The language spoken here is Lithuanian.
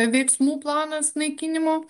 veiksmų planas naikinimo